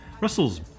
Russell's